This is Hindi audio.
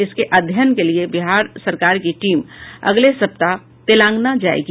इसके अध्ययन के लिए बिहार सरकार की टीम अगले सप्ताह तेलांगना जायेगी